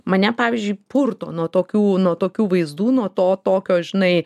mane pavyzdžiui purto nuo tokių nuo tokių vaizdų nuo to tokio žinai